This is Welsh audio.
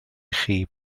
chi